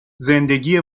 زندگی